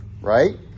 Right